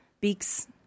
Beaks